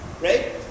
right